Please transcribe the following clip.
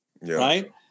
right